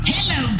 Hello